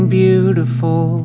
beautiful